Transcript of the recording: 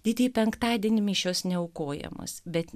didįjį penktadienį mišios neaukojamos bet